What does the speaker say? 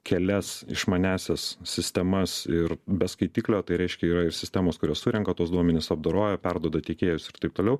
kelias išmaniąsias sistemas ir be skaitiklio tai reiškia yra ir sistemos kurios surenka tuos duomenis apdoroja perduoda tiekėjus ir taip toliau